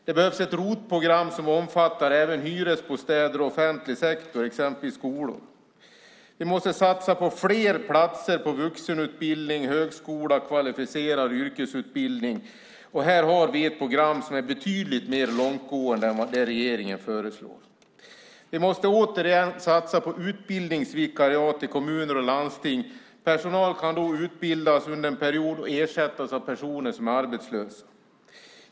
Det behövs ett ROT-program som omfattar även hyresbostäder och offentlig sektor, exempelvis skolor. Vi måste satsa på fler platser på vuxenutbildning, högskola och kvalificerad yrkesutbildning. Här har vi ett program som är betydligt mer långtgående än det regeringen föreslår. Vi måste återigen satsa på utbildningsvikariat i kommuner och landsting. Personal kan då utbildas under en period och ersättas av personer som är arbetslösa.